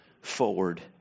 forward